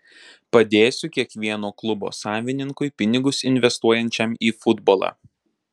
padėsiu kiekvieno klubo savininkui pinigus investuojančiam į futbolą